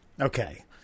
okay